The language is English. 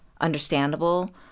understandable